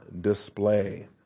display